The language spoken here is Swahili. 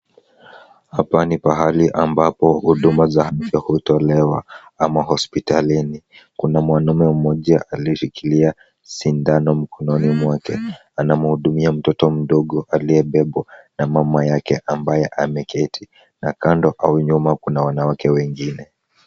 Hapa ni mahali ambapo huduma za afya hutolewa ama hospitalini. Kuna mwanaume mmoja aliyeshikilia sindano mkononi mwake anamhudumia mtoto mdogo aliyebebwa na mama yake ambaye ameketi na kando au nyuma kuna wanawake wengine.